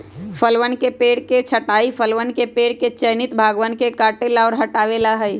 फलवन के पेड़ के छंटाई फलवन के पेड़ के चयनित भागवन के काटे ला और हटावे ला हई